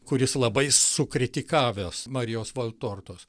kuris labai sukritikavęs marijos valtortos